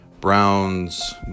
browns